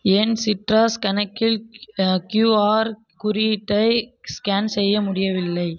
ஏன் சிட்ரஸ் கணக்கில் க்யூஆர் குறியீட்டை ஸ்கேன் செய்ய முடியவில்லை